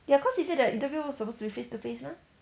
ya cause he said the interview was supposed to be face to face mah